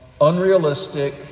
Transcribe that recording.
unrealistic